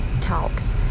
talks